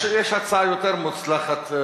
יש הצעה יותר מוצלחת.